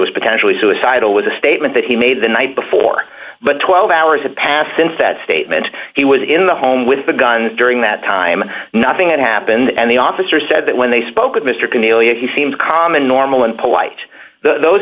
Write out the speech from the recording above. was potentially suicidal was a statement that he made the night before but twelve hours have passed since that statement he was in the home with the gun during that time nothing had happened and the officer said that when they spoke with mr chameleon he seemed calm and normal and polite those